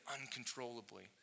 uncontrollably